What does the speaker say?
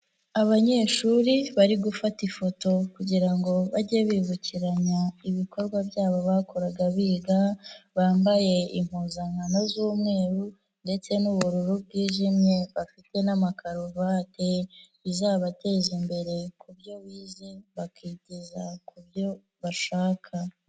Abanyeshuri bari gufata ifoto kugira ngo bajye bibukiranya ibikorwa byabo bakoraga biga, bambaye impuzankano z'umweru ndetse n'ubururu bwijimye bafite n'amakaruvati, izabateza imbere ku byo bize bakigeza ku byo bashaka.